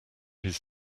his